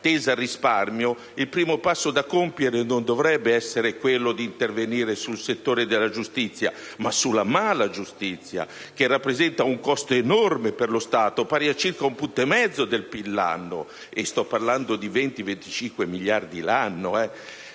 tesa al risparmio, il primo passo da compiere non dovrebbe essere quello di intervenire sul settore della giustizia ma sulla mala giustizia, che rappresenta un costo enorme per lo Stato pari a circa un punto e mezzo di PIL l'anno (e sto parlando di 20-25 miliardi l'anno).